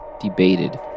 debated